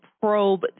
probe